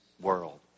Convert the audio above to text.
world